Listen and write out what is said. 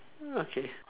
okay